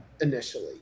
initially